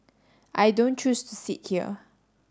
I don't choose to sit here